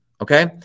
okay